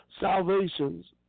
salvations